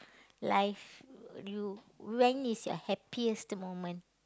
life you when is your happiest moment